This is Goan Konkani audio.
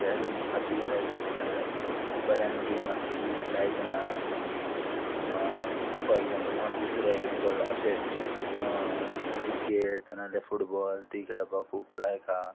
ते खातीर म्हाका ती लायक मोबायला मोबायलान गेम आसा ती लायक ना आनी फॉर एग्जांपल म्हाका दुसरे एग्जाम्पल अशे क्रिकेट नाजाल्यार फुटबॉल ती खेळपाक खूब लायक आहा